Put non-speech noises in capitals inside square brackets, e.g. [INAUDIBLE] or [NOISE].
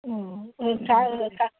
[UNINTELLIGIBLE]